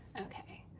okay.